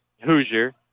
Hoosier